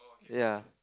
ya